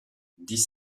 dix